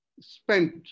spent